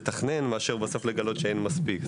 מאשר לגלות שאין מספיק בסוף.